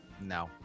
No